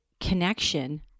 connection